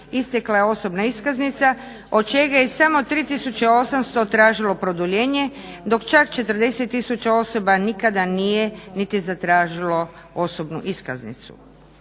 istekla je osobna iskaznica od čega je samo 3800 tražilo produljenje dok čak 40 tisuća osoba nikada nije niti zatražilo osobnu iskaznicu.